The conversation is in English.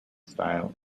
style